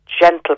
gentle